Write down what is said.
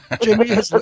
Jimmy